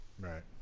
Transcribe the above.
Right